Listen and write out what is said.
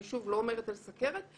שוב, אני לא אומרת על סוכרת.